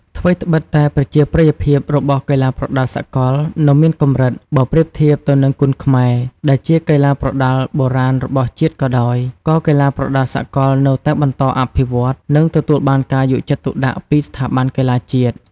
ថ្វីត្បិតតែប្រជាប្រិយភាពរបស់កីឡាប្រដាល់សកលនៅមានកម្រិតបើប្រៀបធៀបទៅនឹង គុនខ្មែរ ដែលជាកីឡាប្រដាល់បុរាណរបស់ជាតិក៏ដោយ ក៏កីឡាប្រដាល់សកលនៅតែបន្តអភិវឌ្ឍ និងទទួលបានការយកចិត្តទុកដាក់ពីស្ថាប័នកីឡាជាតិ។